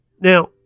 Now